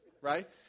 right